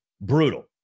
brutal